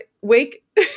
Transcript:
wake